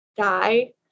die